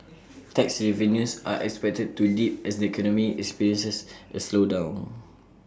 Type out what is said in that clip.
tax revenues are expected to dip as the economy experiences A slowdown